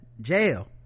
Jail